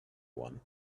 one